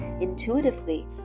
intuitively